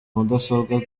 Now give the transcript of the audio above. mudasobwa